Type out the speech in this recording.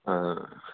ആ അത്